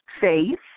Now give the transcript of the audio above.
faith